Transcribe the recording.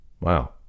Wow